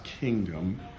kingdom